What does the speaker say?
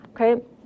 Okay